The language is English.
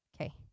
okay